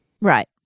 Right